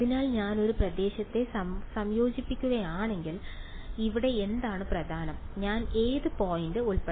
അതിനാൽ ഞാൻ ഒരു പ്രദേശത്തെ സംയോജിപ്പിക്കുകയാണെങ്കിൽ ഇവിടെ എന്താണ് പ്രധാനം ഞാൻ ഏത് പോയിന്റ് ഉൾപ്പെടുത്തണം